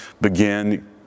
begin